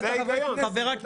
זה ההיגיון.